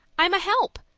i'm a help.